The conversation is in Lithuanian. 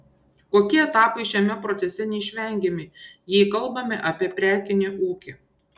kokie etapai šiame procese neišvengiami jei kalbame apie prekinį ūkį